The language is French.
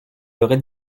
aurait